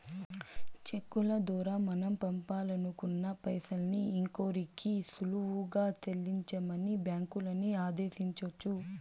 చెక్కుల దోరా మనం పంపాలనుకున్న పైసల్ని ఇంకోరికి సులువుగా సెల్లించమని బ్యాంకులని ఆదేశించొచ్చు